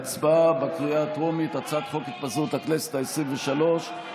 הצבעה בקריאה הטרומית: הצעת חוק התפזרות הכנסת העשרים-ושלוש,